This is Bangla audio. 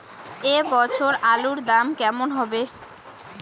এ বছর আলুর দাম কেমন হবে?